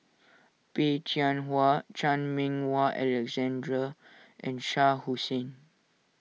Peh Chin Hua Chan Meng Wah Alexander and Shah Hussain